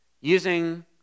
using